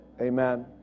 Amen